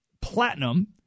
platinum